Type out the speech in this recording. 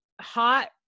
hot